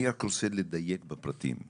אני רק רוצה לדייק בפרטים.